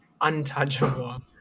untouchable